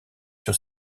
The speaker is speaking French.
sur